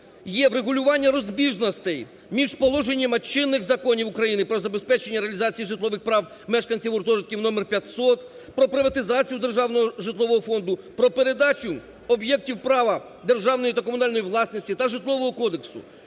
є врегулювання розбіжностей між положеннями чинних законів України про забезпечення реалізації житлових прав мешканців гуртожитків № 500, про приватизацію державного житлового фонду, про передачу об'єктів права державної та комунальної власності та Житлового кодексу.